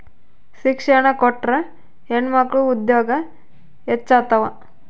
ಶಿಕ್ಷಣ ಕೊಟ್ರ ಹೆಣ್ಮಕ್ಳು ಉದ್ಯೋಗ ಹೆಚ್ಚುತಾವ